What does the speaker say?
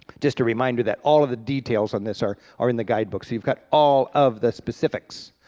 just a reminder that all of the details on this are are in the guidebooks, you've got all of the specifics.